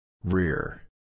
Rear